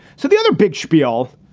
so the other big spiel